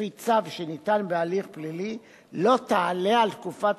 לפי צו שניתן בהליך פלילי לא תעלה על תקופת